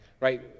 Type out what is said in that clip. right